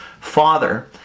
father